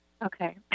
Okay